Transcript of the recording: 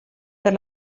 per